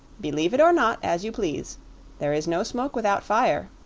believe it or not, as you please there is no smoke without fire.